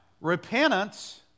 repentance